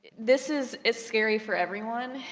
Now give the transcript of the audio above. this is, it's scary for everyone,